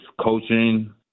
coaching